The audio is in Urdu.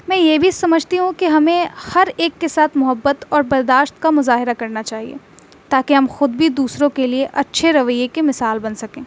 میں یہ بھی سمجھتی ہوں کہ ہمیں ہر ایک کے ساتھ محبت اور برداشت کا مظاہرہ کرنا چاہیے تاکہ ہم خود بھی دوسروں کے لیے اچھے رویے کے مثال بن سکیں